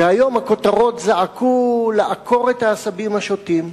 והיום הכותרות זעקו: לעקור את העשבים השוטים.